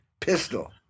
pistol